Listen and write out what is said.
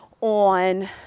on